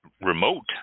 remote